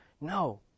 No